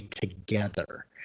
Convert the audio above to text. together